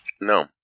No